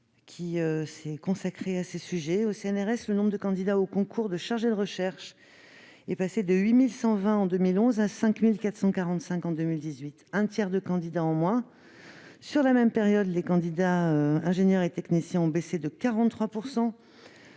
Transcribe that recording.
qui s'est consacré à ces sujets. Au CNRS, le nombre de candidats au concours de chargé de recherche est passé de 8 120 en 2011 à 5 445 en 2018, soit un tiers de candidats en moins. Sur la même période, le nombre de candidats ingénieurs et techniciens a baissé de 43 %.